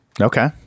okay